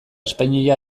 espainia